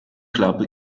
club